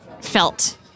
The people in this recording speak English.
felt